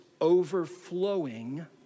overflowing